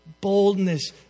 boldness